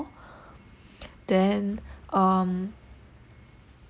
then um